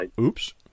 Oops